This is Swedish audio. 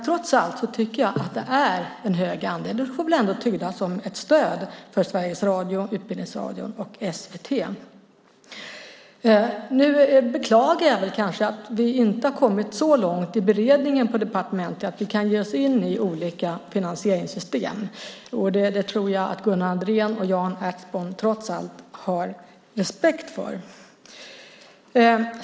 Trots allt tycker jag att det är en hög andel, och det får väl ändå tydas som ett stöd för Sveriges Radio, Utbildningsradion och SVT. Nu beklagar jag att vi inte har kommit så långt i beredningen på departementet att vi kan ge oss in i olika finansieringssystem. Det tror jag att Gunnar Andrén och Jan Ertsborn trots allt har respekt för.